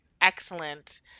excellent